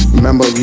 Remember